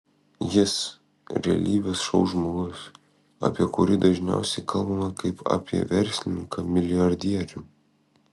jis realybės šou žmogus apie kurį dažniausiai kalbama kaip apie verslininką milijardierių